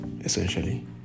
essentially